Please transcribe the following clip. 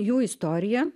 jų istorija